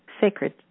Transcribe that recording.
sacred